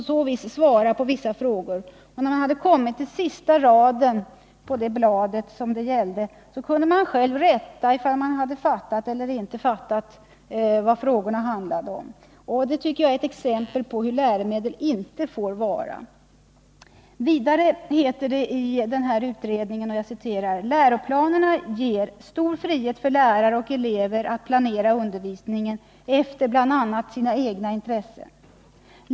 När eleverna hade kommit till sista raden på bladet kunde de själva kontrollera om deras tipsrad var rätt. Det tycker jag är ett exempel på hur läromedel inte får vara beskaffade. Vidare heter det i utredningens betänkande: ”Läroplanerna ger en stor frihet för lärare och elever att planera undervisningen efter bl.a. sina egna intressen.